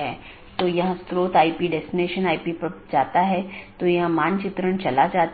एक गैर मान्यता प्राप्त ऑप्शनल ट्रांसिटिव विशेषता के साथ एक पथ स्वीकार किया